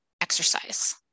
exercise